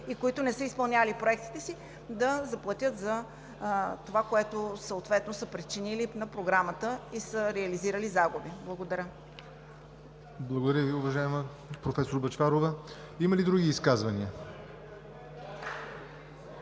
и не са изпълнявали проектите си, да заплатят за това, което съответно са причинили на Програмата, и са реализирали загуби. Благодаря. ПРЕДСЕДАТЕЛ ЯВОР НОТЕВ: Благодаря Ви, уважаема професор Бъчварова. Има ли други изказвания?